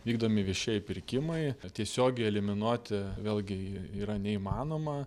vykdomi viešieji pirkimai tiesiogiai eliminuoti vėlgi yra neįmanoma